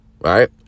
Right